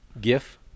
Gif